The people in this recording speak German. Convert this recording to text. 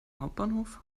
hauptbahnhof